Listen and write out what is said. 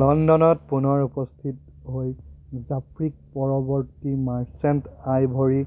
লণ্ডনত পুনৰ উপস্থিত হৈ জাফ্ৰিক পৰৱৰ্তী মাৰ্চেন্ট আইভৰি